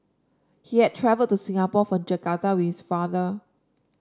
he had travelled to Singapore from Jakarta with father